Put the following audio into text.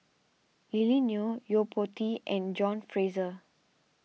Lily Neo Yo Po Tee and John Fraser